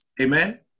Amen